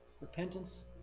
repentance